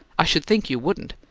i should think you wouldn't!